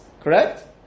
Correct